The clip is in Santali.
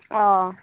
ᱚ